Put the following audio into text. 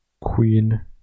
Queen